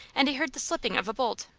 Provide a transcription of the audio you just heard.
and he heard the slipping of a bolt.